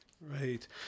Right